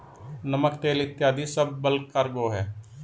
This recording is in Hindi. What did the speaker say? नमक, तेल इत्यादी सब बल्क कार्गो हैं